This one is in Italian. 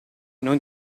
non